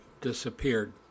disappeared